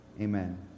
Amen